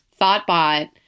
Thoughtbot